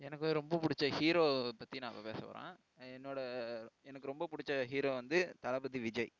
எனக்கு ரொம்ப பிடிச்ச ஹீரோவை பற்றி நான் இப்போ பேச போகிறேன் என்னோடய எனக்கு ரொம்ப பிடிச்ச ஹீரோ வந்து தளபதி விஜய்